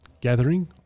gathering